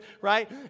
right